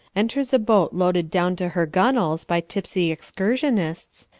enters a boat loaded down to her gunwales by tipsy excursionists,